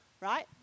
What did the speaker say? right